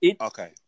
Okay